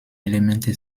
elemente